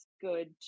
good